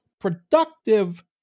productive